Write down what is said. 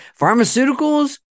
Pharmaceuticals